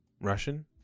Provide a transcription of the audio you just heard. Russian